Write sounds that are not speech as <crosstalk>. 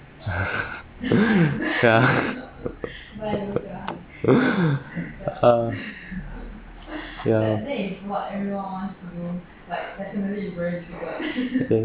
<laughs> uh yeah